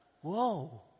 whoa